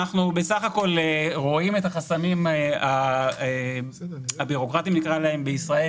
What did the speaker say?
אנחנו בסך הכול רואים את החסמים הבירוקרטיים בישראל